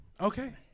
Okay